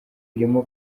irimo